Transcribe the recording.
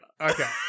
Okay